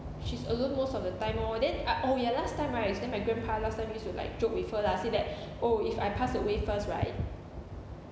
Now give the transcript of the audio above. she's alone most of the time lor then I oh ya last time right last time my grandpa last time used to like joke with her lah say that oh if I pass away first right